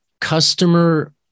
customer